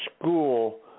school